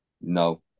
no